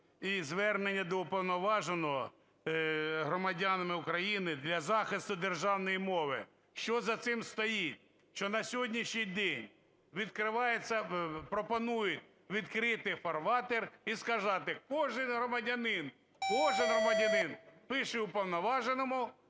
і звернення до уповноваженого громадянами України для захисту державної мови. Що за цим стоїть? Що на сьогоднішній день пропонують відкрити фарватер і сказати: кожний громадянин, кожен громадянин пише уповноваженому,